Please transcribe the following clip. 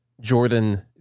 Jordan